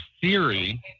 theory